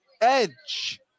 edge